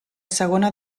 segona